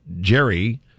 Jerry